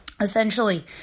essentially